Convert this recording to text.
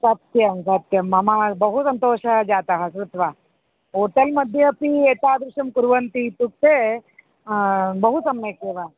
सत्यं सत्यं मम बहु सन्तोषः जातः श्रुत्वा होटेल् मध्ये अपि एतादृशं कुर्वन्ति इत्युक्ते बहु सम्यक् एव